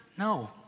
no